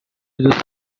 دوست